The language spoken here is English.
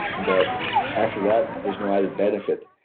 but after that there's no added benefit.